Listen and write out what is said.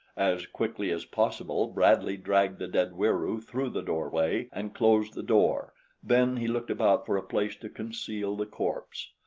as quickly as possible bradley dragged the dead wieroo through the doorway and closed the door then he looked about for a place to conceal the corpse.